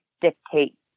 dictate